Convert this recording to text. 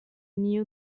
knew